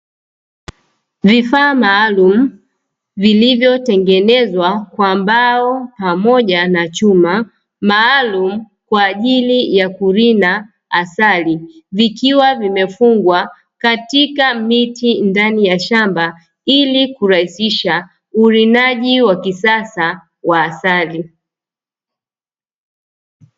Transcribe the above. Vifaa maalumu vilivyotengenezwa kwa mbao pamoja na chuma maalumu kwajili ya kurina asali, vikiwa vimefungwa katika miti ndani ya shamba ili kurahisisha urinaji wa kisasa wa asali.